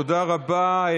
תודה רבה.